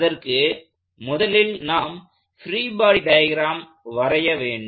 அதற்கு முதலில் நாம் பிரீ பாடி டயக்ராம் வரைய வேண்டும்